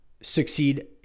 succeed